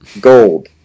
Gold